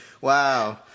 Wow